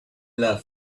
love